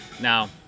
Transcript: Now